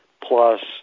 plus